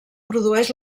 produeix